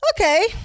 Okay